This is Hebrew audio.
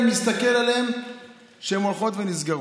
אני מסתכל עליהן והן הולכות ונסגרות.